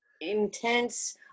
Intense